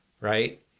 right